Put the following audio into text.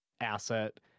asset